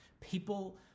people